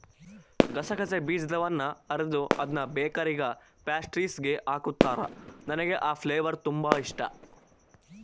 ಗಸಗಸೆ ಬೀಜದವನ್ನ ಅರೆದು ಅದ್ನ ಬೇಕರಿಗ ಪ್ಯಾಸ್ಟ್ರಿಸ್ಗೆ ಹಾಕುತ್ತಾರ, ನನಗೆ ಆ ಫ್ಲೇವರ್ ತುಂಬಾ ಇಷ್ಟಾ